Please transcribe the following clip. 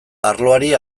arloari